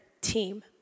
team